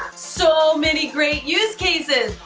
so many great use cases.